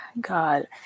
God